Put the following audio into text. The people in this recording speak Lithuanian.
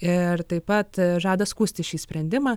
ir taip pat žada skųsti šį sprendimą